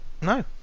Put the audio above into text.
no